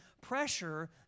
Pressure